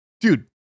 Dude